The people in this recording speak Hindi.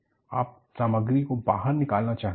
आप सामग्री को बाहर निकालना चाहते हैं